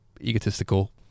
egotistical